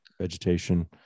vegetation